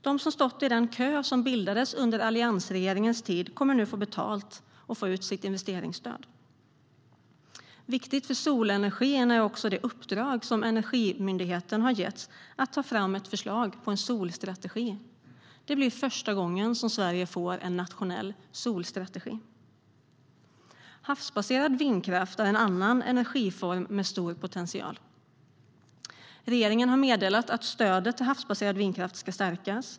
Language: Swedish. De som har stått i den kö som bildades under alliansregeringens tid kommer nu att få betalt och få ut sitt investeringsstöd. Viktigt för solenergin är också det uppdrag som Energimyndigheten har getts att ta fram förslag till en solstrategi. Det blir första gången som Sverige får en nationell solstrategi. Havsbaserad vindkraft är en annan energiform med stor potential. Regeringen har meddelat att stödet till havsbaserad vindkraft ska stärkas.